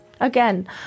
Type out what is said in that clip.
again